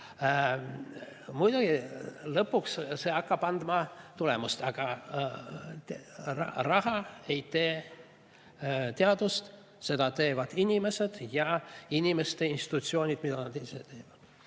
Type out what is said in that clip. Muidugi, lõpuks see hakkab andma tulemust, aga raha ei tee teadust, seda teevad inimesed ja inimeste institutsioonid viivad